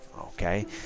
okay